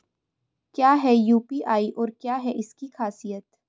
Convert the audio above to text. क्या है यू.पी.आई और क्या है इसकी खासियत?